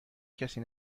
کسی